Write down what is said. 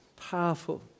Powerful